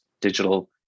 digital